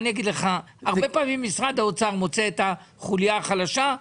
הרבה פעמים משרד האוצר מוצא את החולייה החלשה,